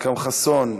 אכרם חסון,